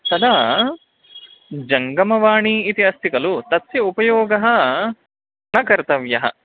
तदा जङ्गमवाणी इति अस्ति कलु तस्य उपयोगः न कर्तव्यः